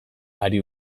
hari